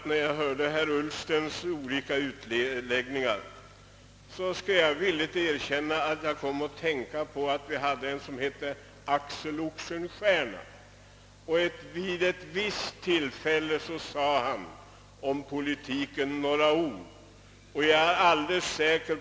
När jag hörde herr Ullstens utläggningar kom jag att tänka på de ord som Axel Oxenstierna vid ett tillfälle lär ha yttrat till sin son om politiken.